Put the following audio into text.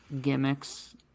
gimmicks